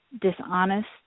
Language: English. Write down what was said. dishonest